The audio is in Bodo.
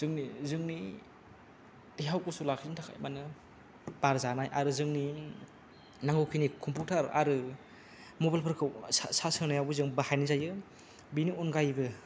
जोंनि जोंनि देहाखौ गुसु लाखिनो थाखाय मानो बार जानाय आरो जोंनि नांगौखिनि कम्फिउटार आरो मबाइलफोरखौ सार्स होनायावबो जों बाहायनाय जायो बिनि अनगायैबो